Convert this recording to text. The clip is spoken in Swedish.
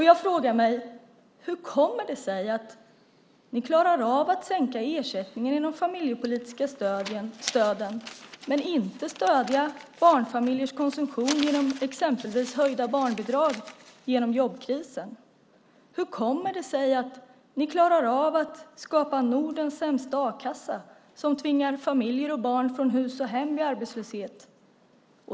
Jag frågar mig: Hur kommer det sig att ni klarar av att sänka ersättningen inom de familjepolitiska stöden men inte att stödja barnfamiljers konsumtion genom exempelvis höjda barnbidrag som ett sätt att komma igenom jobbkrisen? Hur kommer det sig att ni klarar av att skapa Nordens sämsta a-kassa som tvingar familjer och barn från hus och hem i arbetslöshet?